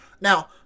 Now